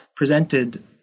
presented